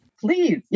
please